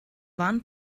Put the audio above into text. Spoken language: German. waren